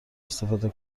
استفاده